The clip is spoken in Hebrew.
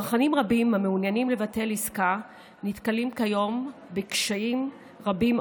צרכנים רבים המעוניינים לבטל עסקה נתקלים כיום בקשיים רבים,